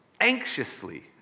anxiously